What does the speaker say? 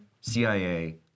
CIA